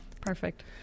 Perfect